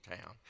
town